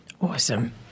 Awesome